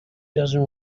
doesn’t